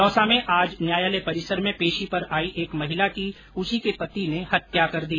दौसा में आज न्यायालय परिसर में पेशी पर आई एक महिला की उसी के पति ने हत्या कर दी